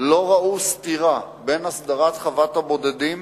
לא ראו סתירה בין הסדרת חוות הבודדים